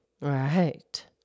right